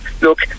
look